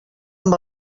amb